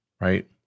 right